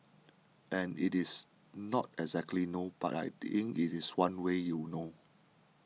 and it is not exactly no but I think it is one way you know